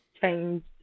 change